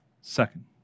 Second